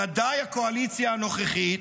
ודאי הקואליציה הנוכחית,